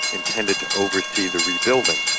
intended to oversee the rebuilding.